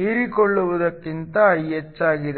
ಹೀರಿಕೊಳ್ಳುವುದಕ್ಕಿಂತ ಹೆಚ್ಚಾಗಿದೆ